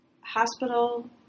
hospital